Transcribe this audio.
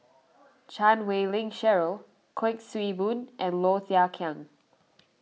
Chan Wei Ling Cheryl Kuik Swee Boon and Low Thia Khiang